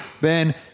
Ben